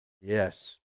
yes